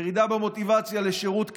ירידה במוטיבציה לשירות קרבי,